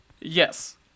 Yes